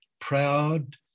proud